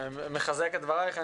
אני מחזק את דבריך.